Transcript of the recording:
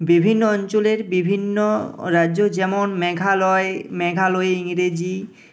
বিভিন্ন অঞ্চলের বিভিন্ন রাজ্য যেমন মেঘালয় মেঘালয় ইংরেজি